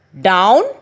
down